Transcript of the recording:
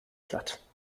platt